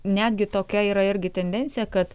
netgi tokia yra irgi tendencija kad